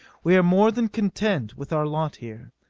we are more than content with our lot here.